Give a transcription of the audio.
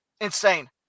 insane